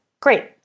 Great